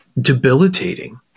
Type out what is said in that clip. debilitating